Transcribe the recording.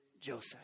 Joseph